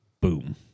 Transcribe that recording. Boom